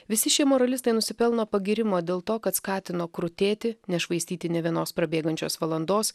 visi šie moralistai nusipelno pagyrimo dėl to kad skatino krutėti nešvaistyti nė vienos prabėgančios valandos